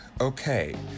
okay